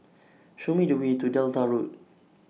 Show Me The Way to Delta Road